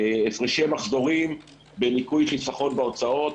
הפרשי מחזורים בניכוי לפחות הוצאות,